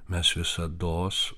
mes visados